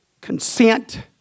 consent